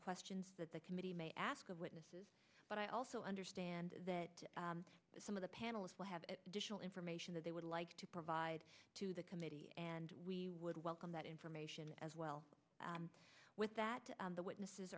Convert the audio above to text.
questions that the committee may ask of witnesses but i also understand that some of the panelists will have additional information that they would like to provide to the committee and we would welcome that information as well with that the witnesses